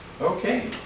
okay